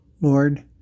Lord